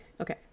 Okay